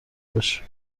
بشه